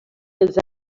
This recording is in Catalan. els